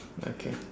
okay